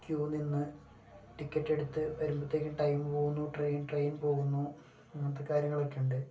Q നിന്ന് ടിക്കറ്റെട്ത്ത് വരുമ്പത്തേക്കും ടൈമ് പോകുന്നു ട്രേയ്ൻ ട്രേയ്ൻ പോകുന്നു അങ്ങനത്തെ കാര്യങ്ങളൊക്കെ ഉണ്ട്